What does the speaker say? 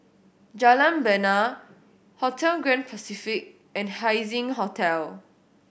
Jalan Bena Hotel Grand Pacific and Haising Hotel